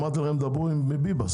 אמרתי לכם: דברו עם עם ביבס.